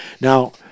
Now